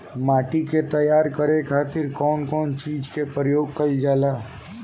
माटी के तैयार करे खातिर कउन कउन चीज के प्रयोग कइल जाला?